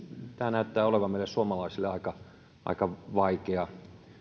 näyttää olevan meille suomalaisille aika vaikea